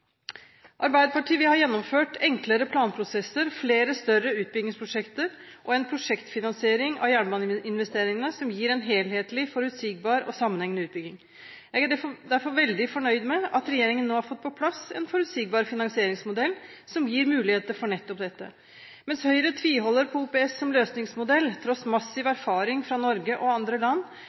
Arbeiderpartiet vil ha gjennomført enklere planprosesser, flere større utbyggingsprosjekter og en prosjektfinansiering av jernbaneinvesteringene som gir en helhetlig, forutsigbar og sammenhengende utbygging. Jeg er derfor veldig fornøyd med at regjeringen nå har fått på plass en forutsigbar finansieringsmodell som gir muligheter for nettopp dette. Mens Høyre tviholder på OPS som løsningsmodell, tross massiv erfaring fra Norge og andre land